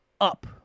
up